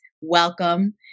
welcome